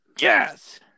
yes